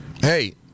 hey